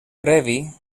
previ